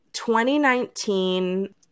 2019